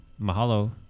Mahalo